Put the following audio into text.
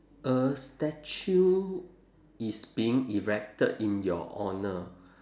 a statue is being erected in your honour